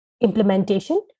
implementation